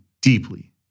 deeply